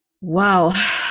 Wow